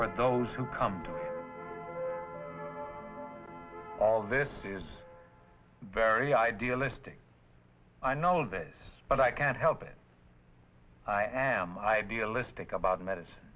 for those who come to all this is very ideal listing i know this but i can't help it i am idealistic about medicine